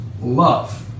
Love